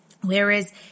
Whereas